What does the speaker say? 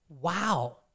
Wow